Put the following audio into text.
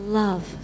love